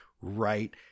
right